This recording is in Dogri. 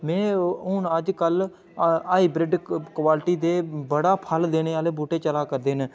में हून अजकल हाईब्रिड क्वालिटी दे बड़ा फल देने आह्ले बूह्टे चलै करदे न